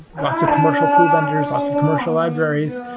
lots of commercial tool vendors, lots of commercial libraries,